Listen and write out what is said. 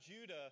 Judah